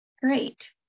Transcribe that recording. Great